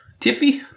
Tiffy